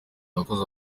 wakoze